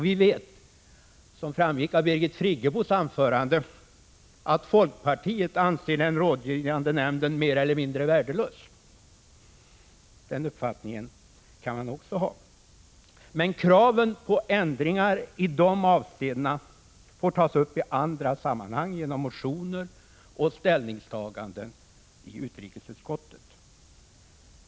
Vi vet också — det framgick av Birgit Friggebos anförande — att folkpartiet anser att den rådgivande nämnden är mer eller mindre värdelös. Den uppfattningen kan man också ha. Men kraven på ändringar i dessa avseenden får tas upp i andra sammanhang, genom motioner och genom ställningstaganden i utrikesutskottet.